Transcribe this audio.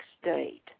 state